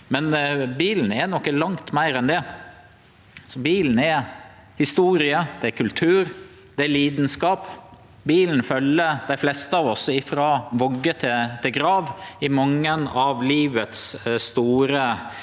Men bilen er noko langt meir enn det. Bilen er historie, kultur og lidenskap. Bilen følgjer dei fleste av oss frå vogge til grav i mange av dei store